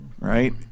right